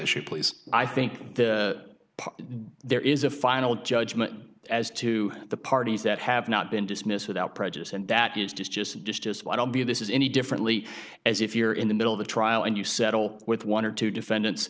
issue please i think that there is a final judgment as to the parties that have not been dismissed without prejudice and that is just just just just what i'll be this is any differently as if you're in the middle of a trial and you settle with one or two defendants